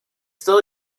still